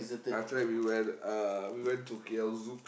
after that we went uh we went to K_L Zouk